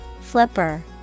Flipper